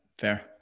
fair